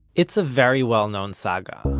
it's a very well known saga,